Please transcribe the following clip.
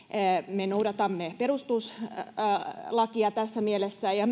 me noudatamme perustuslakia tässä mielessä ja